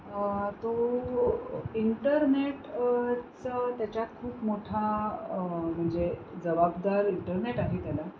तो इंटरनेट चं त्याच्यात खूप मोठा म्हणजे जबाबदार इंटरनेट आहे त्याला